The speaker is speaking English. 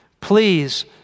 Please